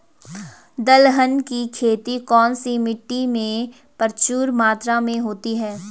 दलहन की खेती कौन सी मिट्टी में प्रचुर मात्रा में होती है?